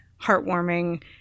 heartwarming